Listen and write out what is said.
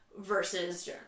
versus